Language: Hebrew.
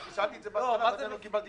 שאלתי את זה בהתחלה ולא קיבלתי תשובה.